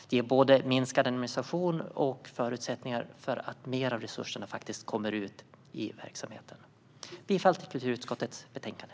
Det ger både minskad administration och förutsättningar för att mer av resurserna faktiskt kommer ut i verksamheten. Jag yrkar bifall till kulturutskottets förslag i betänkandet.